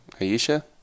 Ayesha